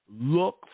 look